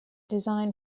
design